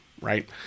right